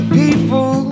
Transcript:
people